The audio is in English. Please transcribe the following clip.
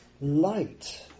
light